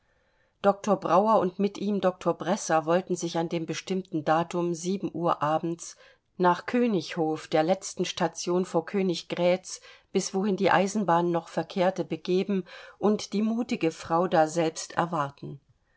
doktor brauer und mit ihm doktor bresser wollten sich an dem bestimmten datum sieben uhr abends nach königinhof der letzten station vor königgrätz bis wohin die eisenbahn noch verkehrte begeben und die mutige frau daselbst erwarten